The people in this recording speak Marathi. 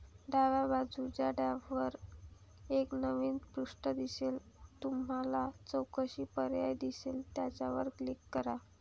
डाव्या बाजूच्या टॅबवर एक नवीन पृष्ठ दिसेल तुम्हाला चौकशी पर्याय दिसेल त्यावर क्लिक करा